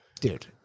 Dude